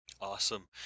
Awesome